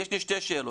יש לי שתי שאלות,